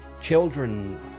children